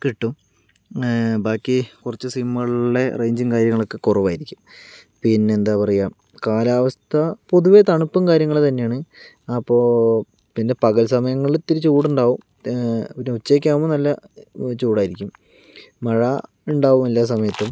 കിട്ടും ബാക്കി കുറച്ചു സിമ്മുകളില് റേഞ്ചും കാര്യങ്ങളും കുറവായിരിക്കും പിന്നെ എന്താ പറയ കാലാവസ്ഥ പൊതുവെ തണുപ്പും കാര്യങ്ങളും തന്നെയാണ് അപ്പൊൾ പിന്നെ പകൽ സമയങ്ങളിൽ ഇത്തിരി ചൂടുണ്ടാകും പിന്നെ ഉച്ച ഒക്കെ ആകുമ്പോൾ നല്ല ചൂടായിരിക്കും മഴ ഉണ്ടാകണമെന്നില്ല എല്ലാ സമയത്തും